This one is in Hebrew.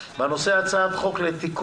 הנושא על סדר היום הוא הצעת חוק לתיקון